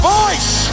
voice